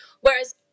Whereas